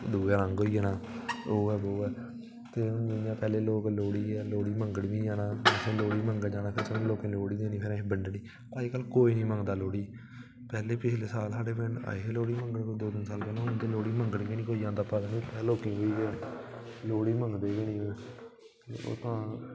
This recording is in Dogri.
दूआ रंग होई जाना ओह् ऐ वो ऐ ते जियां लोग पैह्लें लोह्ड़ी मंग्गन बी जाना ते असें लोह्ड़ी मंग्गन जाना ते लोकें लोह्ड़ी देनी ते भई असें बंडनी अज्जकल कोई निं मंगदा लोह्ड़ी पैह्लें पिच्छले साल आए हे साढ़े पिंड लोह्ड़ी मंग्गन दौ चार साल पैह्लें हून ते कोई लोह्ड़ी मंग्गन निं आंदा पैह्लें ते लोकें ई लोह्ड़ी मंगदे निं ऐ